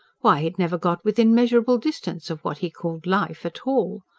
why, he had never got within measurable distance of what he called life, at all!